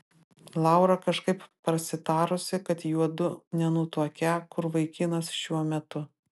laura kažkaip prasitarusi kad juodu nenutuokią kur vaikinas šiuo metu